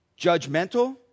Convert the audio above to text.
judgmental